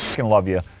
ing love you.